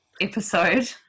episode